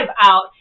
out